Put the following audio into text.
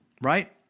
right